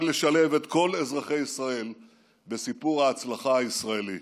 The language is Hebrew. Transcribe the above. לשלב את כל אזרחי ישראל בסיפור ההצלחה הישראלי.